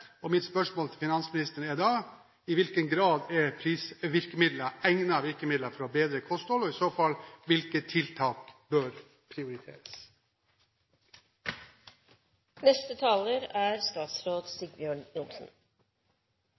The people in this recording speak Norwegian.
Mitt spørsmål til finansministeren er da: I hvilken grad er prisvirkemidler egnede virkemidler for å bedre kostholdet, og hvilke tiltak bør prioriteres? Det er et viktig spørsmål i sin alminnelighet som representanten tar opp, for det er